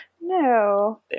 no